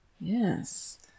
Yes